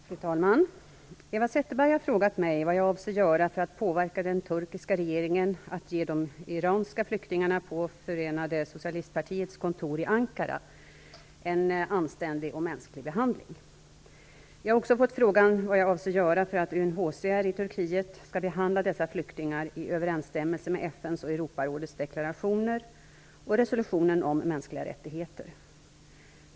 Fru talman! Eva Zetterberg har frågat mig vad jag avser göra för att påverka den turkiska regeringen att ge de iranska flyktingarna på Förenade socialistpartiets kontor i Ankara en anständig och mänsklig behandling. Jag har också fått frågan vad jag avser göra för att UNHCR i Turkiet skall behandla dessa flyktingar i överensstämmelse med FN:s och Europarådets deklarationer och resolutionen om mänskliga rättigheter.